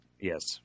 Yes